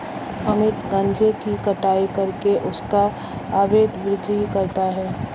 अमित गांजे की कटाई करके उसका अवैध बिक्री करता है